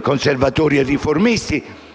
Conservatori e Riformisti,